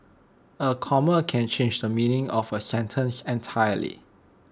A comma can change the meaning of A sentence entirely